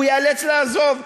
הוא ייאלץ לעזוב.